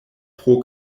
pro